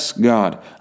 God